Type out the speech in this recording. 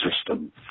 System